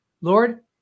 Lord